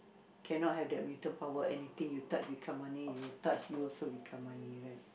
cannot have that mutant power anything you touch become money you touch you also become money right